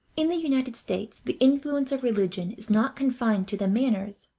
in the united states the influence of religion is not confined to the manners,